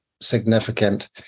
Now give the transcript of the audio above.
significant